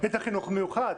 את החינוך המיוחד.